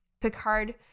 Picard